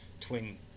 twin